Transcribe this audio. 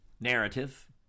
narrative